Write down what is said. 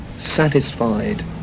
satisfied